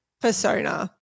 persona